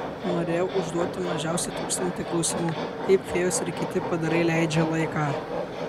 norėjau užduoti mažiausiai tūkstantį klausimų kaip fėjos ir kiti padarai leidžia laiką